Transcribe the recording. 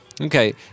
Okay